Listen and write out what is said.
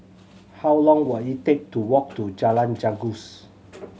how long will it take to walk to Jalan Janggus